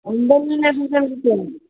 अंबनि लाइ फोन कयव